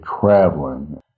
traveling